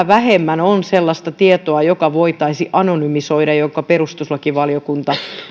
vähemmän on sellaista tietoa joka voitaisiin anonymisoida minkä perustuslakivaliokunta